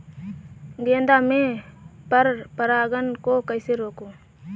गेंदा में पर परागन को कैसे रोकुं?